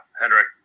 Henrik